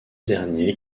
dernier